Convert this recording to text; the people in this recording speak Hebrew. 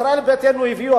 ישראל ביתנו הביאו,